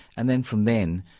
and then from then,